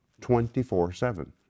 24-7